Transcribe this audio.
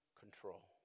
Control